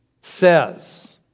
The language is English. says